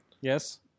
Yes